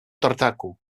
tartaku